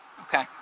Okay